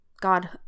God